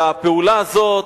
הפעולה הזאת,